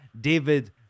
David